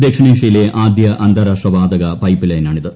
ദക്ഷിണേഷ്യയിലെ ആദ്യ അന്താരാഷ്ട്ര വാതക പൈപ്പ്ലൈനാണ്ണിത്